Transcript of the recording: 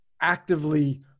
actively